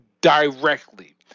directly